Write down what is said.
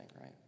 right